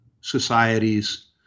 societies